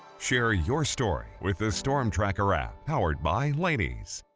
share your story with the storm tracker app powered by laneys